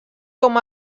com